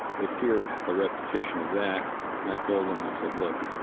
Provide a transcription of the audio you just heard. they feared a repetition of that and i told them, i said, look,